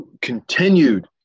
continued